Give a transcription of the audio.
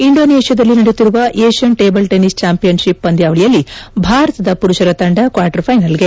ಇಂಡೋನೇಷ್ಯಾದಲ್ಲಿ ನಡೆಯುತ್ತಿರುವ Asian table tennis championship ಪಂದ್ಯಾವಳಿಯಲ್ಲಿ ಭಾರತದ ಪುರುಷರ ತಂಡ ಕ್ವಾರ್ಟರ್ ಫೈನಲ್ಗೆ